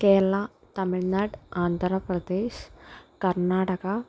Kerala Tamil Nadu Andhra Pradesh Karnataka